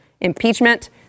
impeachment